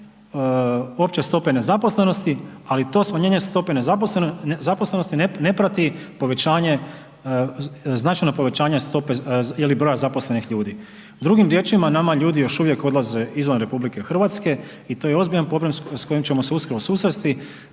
opće stope nezaposlenosti, ali to smanjenje stope nezaposlenosti ne prati značajno povećanje stope ili broja zaposlenih ljudi. Drugim riječima, nama ljudi još uvijek odlaze izvan RH i to je ozbiljan problem s kojim ćemo se uskoro susresti